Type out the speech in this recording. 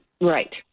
Right